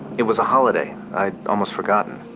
it was a holiday, i'd almost forgotten.